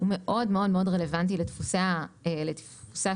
מאוד מאוד רלוונטי לדפוסי השימוש,